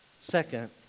Second